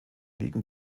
liegen